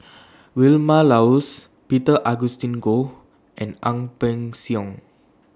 Vilma Laus Peter Augustine Goh and Ang Peng Siong